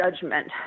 judgment